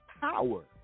power